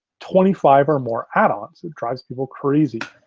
twenty five or more add-ons. it drives people crazy.